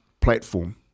platform